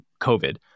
COVID